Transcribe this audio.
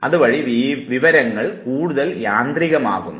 അതുവഴി വിവരങ്ങൾ കൂടുതൽ യന്ത്രികമാകുന്നു